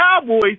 Cowboys